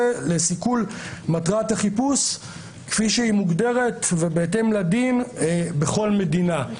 לסיכול מטרת החיפוש כפי שהיא מוגדרת ובהתאם לדין בכל מדינה.